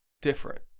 different